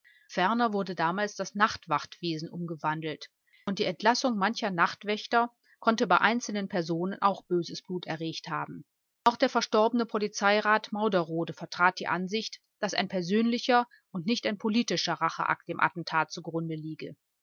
ferner wurde damals das nachtwachtwesen umgewandelt und die entlassung mancher nachtwächter konnte bei einzelnen personen auch böses blut erregt haben auch der verstorbene polizeirat von mauderode vertrat die ansicht daß ein persönlicher und nicht ein politischer racheakt dem attentat zugrunde liege